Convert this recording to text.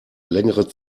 längere